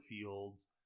fields